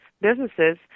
businesses